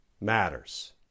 matters